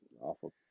Awful